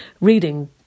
reading